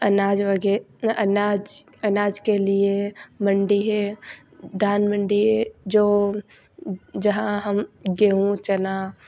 अनाज वगैर अनाज अनाज के लिए मंडी है धान मंडी है जो जहाँ हम गेहूँ चना